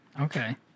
okay